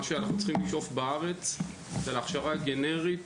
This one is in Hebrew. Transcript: שאנחנו צריכים לשאוף לו בארץ זאת הכשרה גנרית